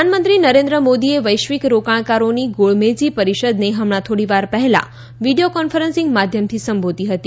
બેઠક પ્રધાનમંત્રી નરેન્દ્ર મોદીએ વૈશ્વિક રોકાણકારોની ગોળમેજી પરિષદને હમણાં થોડીવાર પહેલાં વીડિયો કોન્ફરન્સિંગ માધ્યમથી સંબોધી હતી